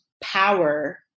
power